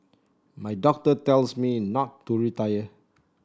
my doctor tells me not to retire